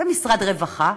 במשרד רווחה,